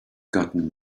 gotten